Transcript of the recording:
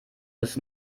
bis